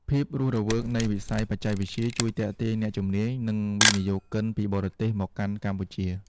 ភាពរស់រវើកនៃវិស័យបច្ចេកវិទ្យាជួយទាក់ទាញអ្នកជំនាញ និងវិនិយោគិនពីបរទេសមកកាន់កម្ពុជា។